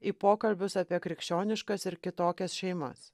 į pokalbius apie krikščioniškas ir kitokias šeimas